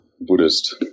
Buddhist